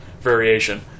variation